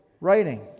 writing